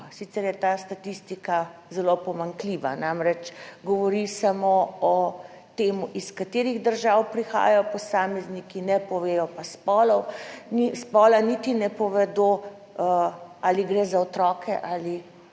sicer je ta statistika zelo pomanjkljiva, namreč govori samo o tem iz katerih držav prihajajo posamezniki, ne povedo pa spola, niti ne povedo ali gre za otroke ali